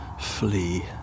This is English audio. flee